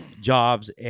jobs